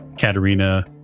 Katerina